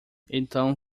então